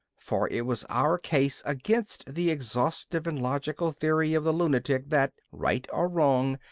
for it was our case against the exhaustive and logical theory of the lunatic that, right or wrong,